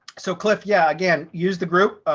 so cliff, yeah, again, use the group.